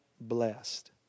blessed